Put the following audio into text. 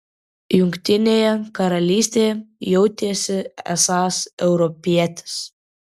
jungtinėje karalystėje jautėsi esąs europietis